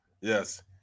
yes